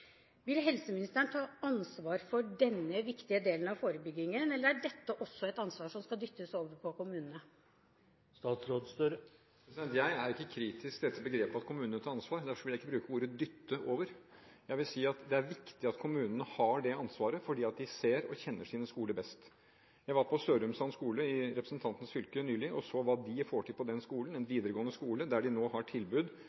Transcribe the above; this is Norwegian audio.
Vil helseministeren ta ansvar for denne viktige delen av forebyggingen, eller er dette også et ansvar som skal dyttes over på kommunene? Jeg er ikke kritisk til dette at kommunene tar ansvar. Derfor vil jeg ikke bruke ordene «dytte over». Jeg vil si at det er viktig at kommunene har det ansvaret fordi de ser og kjenner sine skoler best. Jeg var på Sørumsand skole i representantens fylke nylig og så hva de får til på den skolen – en